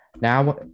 Now